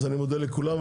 אז אני מודה לכולם.